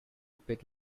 bit